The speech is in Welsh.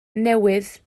newydd